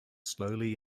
slowly